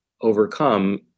overcome